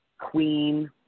Queen